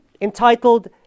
entitled